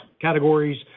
categories